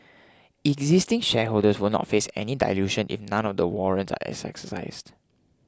existing shareholders will not face any dilution if none of the warrants are exercised